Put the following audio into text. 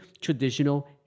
traditional